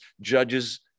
judges